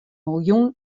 miljoen